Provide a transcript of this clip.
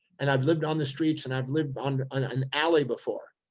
and i've lived on the streets and i've lived on on an alley before.